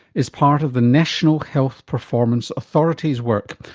is part of the national health performance authority's work.